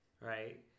right